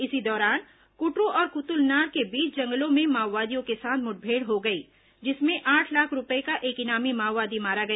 इसी दौरान कटरू और क्तुलनार के बीच जंगलों में माओवादियों के साथ मुठभेड़ हो गई जिसमें आठ लाख रूपये का एक इनामी माओवादी मारा गया